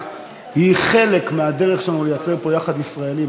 היא חלק מהדרך שלנו לייצר פה יחד ישראלי.